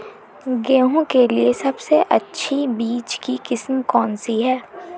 गेहूँ के लिए सबसे अच्छी बीज की किस्म कौनसी है?